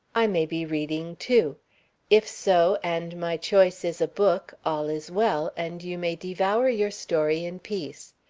i may be reading too if so, and my choice is a book, all is well, and you may devour your story in peace.